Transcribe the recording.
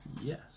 Yes